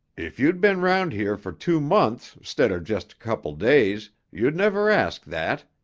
if you'd been round here for two months stead of just a couple days, you'd never ask that,